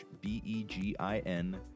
B-E-G-I-N